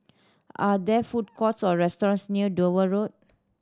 are there food courts or restaurants near Dover Road